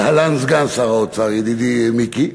להלן: סגן שר האוצר, ידידי מיקי.